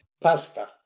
Pasta